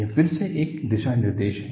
यह फिर से एक दिशानिर्देश है